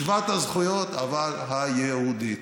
שוות הזכויות, אבל היהודית.